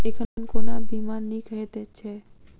एखन कोना बीमा नीक हएत छै?